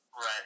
Right